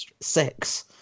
Six